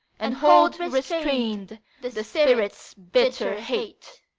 and hold restrained the spirit's bitter hate,